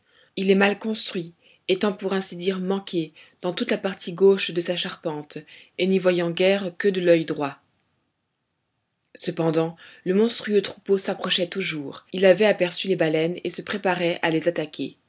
il est mal construit étant pour ainsi dire manqué dans toute la partie gauche de sa charpente et n'y voyant guère que de l'oeil droit cependant le monstrueux troupeau s'approchait toujours il avait aperçu les baleines et se préparait à les attaquer